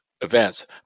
events